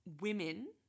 women